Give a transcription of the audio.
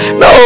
no